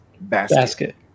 basket